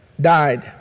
died